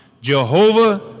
Jehovah